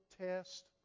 test